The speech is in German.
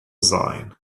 sein